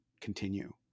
continue